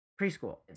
preschool